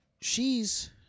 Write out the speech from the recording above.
she's-